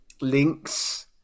links